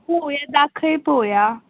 पोवया दाखय पोवया